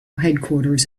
headquarters